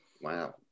wow